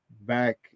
back